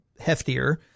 heftier